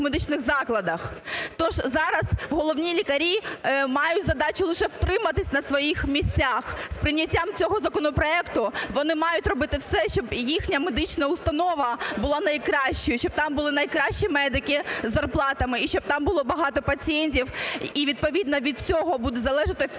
Тож зараз головні лікарі мають задачу лише втриматися на своїх місцях. З прийняттям цього законопроекту вони мають робити все, щоб їхня медична установа була найкращою, щоб там були найкращі медики із зарплатами, і щоб там було багато пацієнтів, і відповідно від цього буде залежати